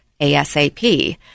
ASAP